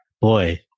boy